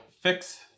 fix